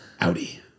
audi